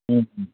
हूं हूं